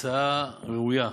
והצעה ראויה.